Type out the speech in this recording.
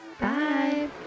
Bye